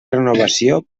renovació